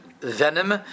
venom